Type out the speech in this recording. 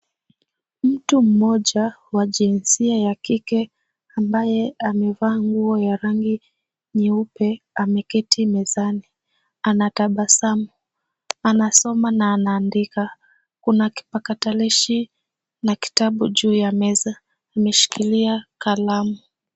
Mtu mmoja wa jinsia ya kike ambaye amevaa nguo ya rangi nyeupe ameketi mezani ana tabasamu anasoma na anaandika kuna kipakatalishi na kitabu juu ya meza ameshikilia kalamu.